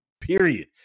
period